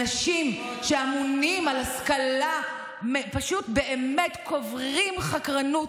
אנשים שאמונים על השכלה פשוט באמת קוברים חקרנות,